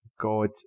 God